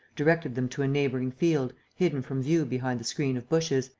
directed them to a neighbouring field, hidden from view behind the screen of bushes,